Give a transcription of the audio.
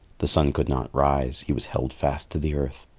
the sun could not rise he was held fast to the earth.